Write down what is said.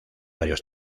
varios